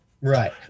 right